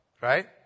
Right